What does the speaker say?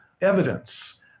evidence